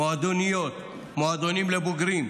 מועדוניות, מועדונים לבוגרים,